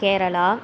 Kerala